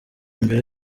mbere